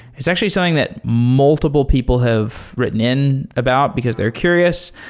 it's actually something that multiple people have written in about because they're curious,